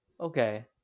Okay